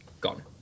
gone